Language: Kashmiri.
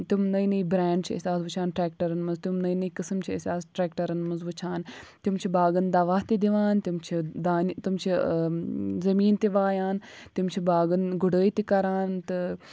تِم نٔے نٔے برٛینٛڈ چھِ أسۍ اَز وُچھان ٹرٛیٚکٹَرَن منٛز تِم نٔے نٔے قٕسم چھِ أسۍ ٹریٚکٹَرَن منٛز وُچھان تِم چھِ باغَن دوا تہِ دِوان تِم چھِ دانہِ تِم چھِ زٔمیٖن تہِ وایان تِم چھِ باغَن گُڈٲے تہِ کران تہٕ